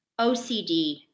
ocd